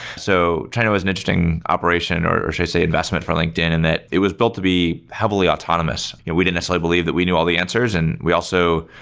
so china was an interesting operation, or should i say investment for linkedin and that it was built to be heavily autonomous. you know we didn't necessarily believe that we knew all the answers, and we also,